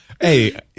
hey